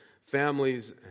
families